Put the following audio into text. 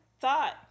thought